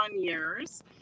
years